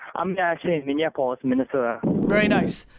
i'm actually in minneapolis, minnesota. very nice.